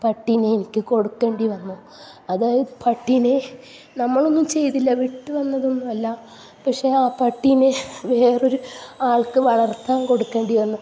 ആ പട്ടീനെ എനിക്ക് കൊടുക്കേണ്ടി വന്നു അതായത് പട്ടീനെ നമ്മൾ ഒന്നും ചെയ്തില്ല വിട്ടു വന്നതൊന്നുമല്ല പക്ഷേ ആ പട്ടീനെ വേറെ ഒരു ആൾക്ക് വളർത്താൻ കൊടുക്കേണ്ടി വന്നു